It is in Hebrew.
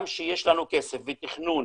גם כשיש לנו כסף ותכנון